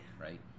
Right